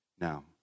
Now